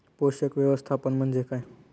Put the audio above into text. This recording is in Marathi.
पोषक व्यवस्थापन म्हणजे काय?